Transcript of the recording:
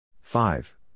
five